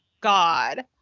God